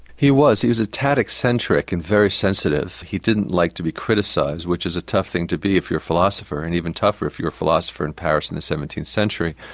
he was. he was a tad eccentric and very sensitive. he didn't like to be criticised, which is a tough thing to be if you're a philosopher and even tougher if you're a philosopher in paris in the seventeenth century.